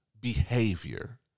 behavior